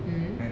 mm